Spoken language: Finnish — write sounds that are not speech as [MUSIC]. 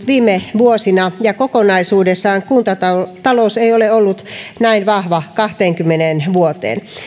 [UNINTELLIGIBLE] viime vuosina ja kokonaisuudessaan kuntatalous ei ole ollut näin vahva kahteenkymmeneen vuoteen